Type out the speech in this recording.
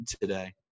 today